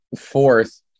Fourth